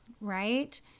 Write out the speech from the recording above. right